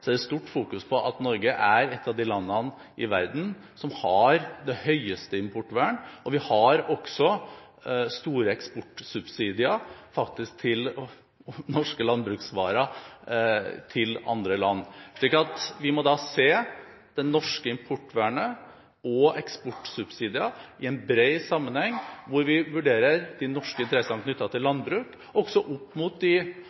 er det fokusert sterkt på at Norge er et av de landene i verden som har det høyeste importvernet, og vi har også store eksportsubsidier, faktisk på norske landbruksvarer til andre land. Vi må da se det norske importvernet og eksportsubsidiene i en bred sammenheng, hvor vi vurderer de norske interessene knyttet til landbruk opp mot de